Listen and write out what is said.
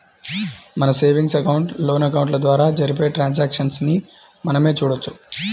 మన savings account, loan అకౌంట్ల ద్వారా జరిపే ట్రాన్సాక్షన్స్ ని మనమే చూడొచ్చు